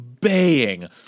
baying